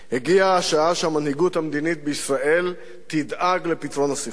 הגיעה השעה שהמנהיגות המדינית בישראל תדאג לפתרון הסכסוך,